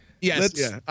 Yes